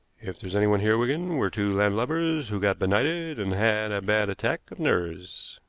if there's anyone here, wigan, we're two landlubbers who've got benighted and have a bad attack of nerves,